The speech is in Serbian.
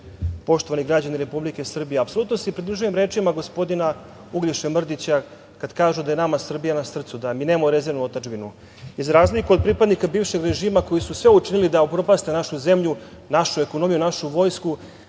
poštovani građani Republike Srbije, apsolutno se pridružujem rečima gospodina Uglješe Mrdića kada kažu da je nama Srbija na srcu, da mi nemamo rezervnu otadžbinu. Za razliku od pripadnika bivšeg režima koji su sve učinili da upropaste našu zemlju, našu ekonomiju, našu vojsku,